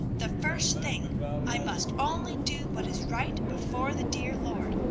the first thing i must only do what is right before the dear lord.